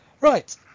right